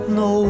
no